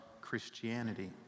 Christianity